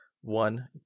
One